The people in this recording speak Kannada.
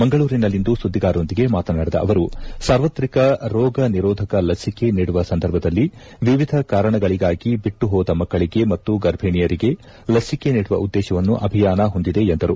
ಮಂಗಳೂರಿನಲ್ಲಿಂದು ಸುದ್ದಿಗಾರರೊಂದಿಗೆ ಮಾತನಾಡಿದ ಅವರು ಸಾರ್ವತ್ರಿಕ ರೋಗ ನಿರೋಧಕ ಲಸಿಕೆ ನೀಡುವ ಸಂದರ್ಭದಲ್ಲಿ ವಿವಿಧ ಕಾರಣಗಳಿಗಾಗಿ ಬಿಟ್ಟು ಹೋದ ಮಕ್ಕಳಿಗೆ ಮತ್ತು ಗರ್ಭಣಿಯರಿಗೆ ಲಸಿಕೆ ನೀಡುವ ಉದ್ದೇಶವನ್ನು ಅಭಿಯಾನ ಹೊಂದಿದೆ ಎಂದರು